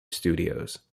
studios